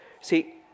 See